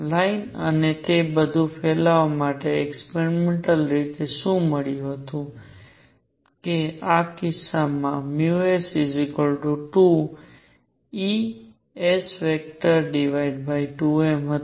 line અને તે બધું ફેલાવવા માટે એક્સપેરિમેન્ટલ રીતે શું મળ્યું હતું કે આ કિસ્સામાં s2 હતું